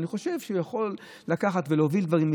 אבל אני חושב שהוא יכול לקחת ולהוביל דברים,